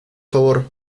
favor